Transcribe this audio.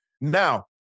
Now